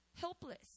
helpless